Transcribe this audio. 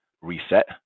reset